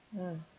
mm